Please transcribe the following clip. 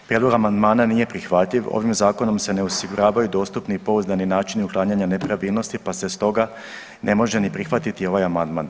Prijedlog amandmana nije prihvatljiv ovim zakonom se ne osiguravaju dostupni i pouzdani načini uklanjanja nepravilnosti pa se stoga ne može ni prihvatiti ovaj amandman.